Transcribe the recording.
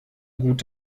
gut